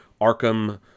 Arkham